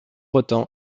autant